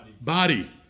body